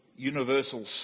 universal